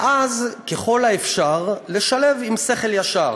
ואז, ככל האפשר, לשלב, עם שכל ישר.